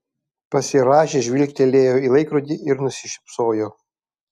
pasirąžęs žvilgtelėjo į laikrodį ir nusišypsojo